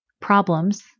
problems